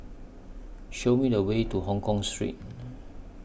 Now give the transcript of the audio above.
Show Me The Way to Hongkong Street